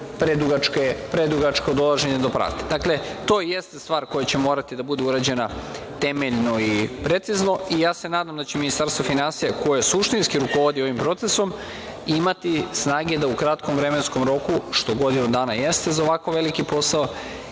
predugačko dolaženje do pravde. Dakle, to jeste stvar koja će morati da bude urađena temeljno i precizno. Ja se nadam da će Ministarstvo finansija, koje suštinski rukovodi ovim procesom, imati snage da u kratkom vremenskom roku, što godinu dana jeste za ovako veliki posao,